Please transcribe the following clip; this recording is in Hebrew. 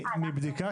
מיליונים.